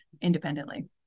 independently